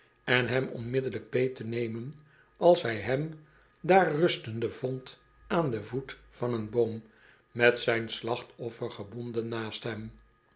en hem onmiddellijk beet te nemen als hij hem daar rustende vond aan den voet van een boom met zijn slachtoffer gebonden naast hem